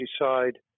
decide